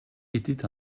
était